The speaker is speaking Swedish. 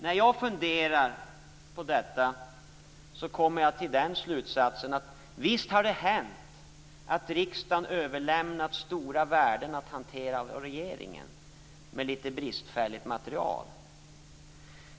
När jag funderar på detta kommer jag till slutsatsen att det visst har hänt att riksdagen har överlämnat hanteringen av stora värden till regeringen på basis av ett något bristfälligt material.